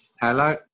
Hello